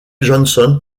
johnson